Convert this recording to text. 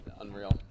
Unreal